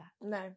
No